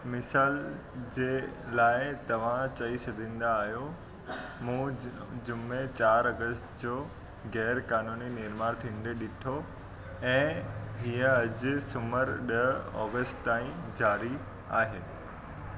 मिसाल जे लाइ तव्हां चई सघंदा आहियो मूं जुमे चारि अगस्त जो गै़रु क़ानूनी निर्माणु थींदे डि॒ठो ऐं हीअ अॼु सूमरु ॾह अगस्त ताईं ज़ारी आहे